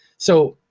so,